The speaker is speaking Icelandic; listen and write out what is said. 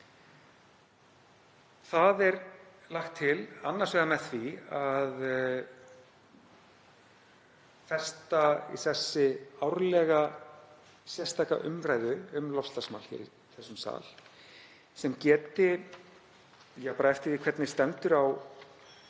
til þess, annars vegar með því að festa í sessi árlega sérstaka umræðu um loftslagsmál í þessum sal sem geti, bara eftir því hvernig stendur á